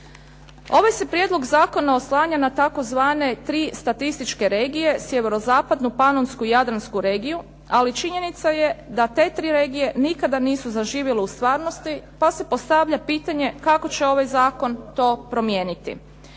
Ovaj se prijedlog zakona oslanja na tzv. tri statističke regije: sjeverozapadnu, panonsku i jadransku regiju. Ali činjenica je da te tri regije nikada nisu zaživjele u stvarnosti, pa se postavlja pitanje kako će ovaj zakon to promijeniti.